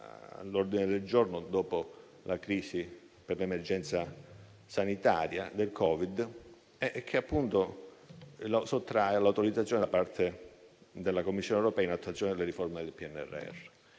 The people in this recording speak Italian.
all'ordine del giorno dopo la crisi per l'emergenza sanitaria da Covid-19 - all'autorizzazione da parte della Commissione europea, in attuazione delle riforme del PNRR.